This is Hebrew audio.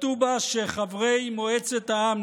כתוב בה שחברי מועצת העם,